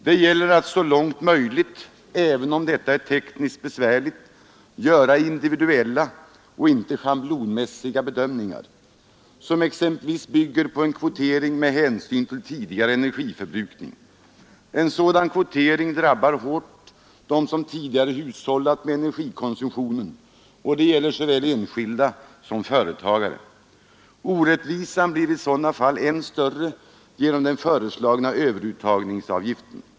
Det gäller att så långt möjligt, även om detta är tekniskt besvärligt, göra individuella och inte schablonmässiga bedömningar som exempelvis bygger på en kvotering med hänsyn till tidigare energiförbrukning. En sådan kvotering drabbar hårt dem som tidigare hushållat med energikonsumtionen, och det gäller såväl enskilda som företagare. Orättvisan blir i sådana fall än större genom den föreslagna överuttagningsavgiften.